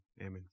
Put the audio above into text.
Amen